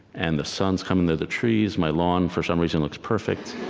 and the sun is coming through the trees, my lawn for some reason looks perfect,